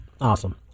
Awesome